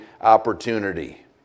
opportunity